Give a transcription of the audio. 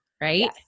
Right